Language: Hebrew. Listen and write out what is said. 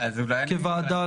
כוועדה,